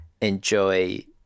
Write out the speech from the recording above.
enjoy